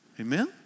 Amen